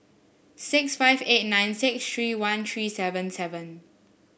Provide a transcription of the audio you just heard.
six five eight nine six three one three seven seven